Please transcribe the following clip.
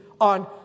on